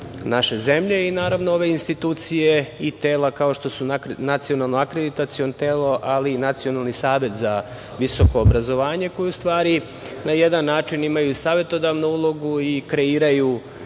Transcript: naše zemlje i ove institucije i tela kao što su Nacionalno akreditaciono telo, ali i Nacionalni savet za visoko obrazovanje, koji u stvari na jedan način imaju savetodavnu ulogu i kreiraju